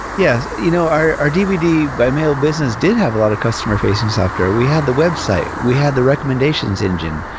yes. you know our dvd by mail business did have a lot of customer-facing software. we had the website. we had the recommendations engine.